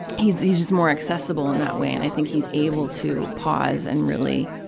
he's he's just more accessible in that way, and i think he's able to pause and really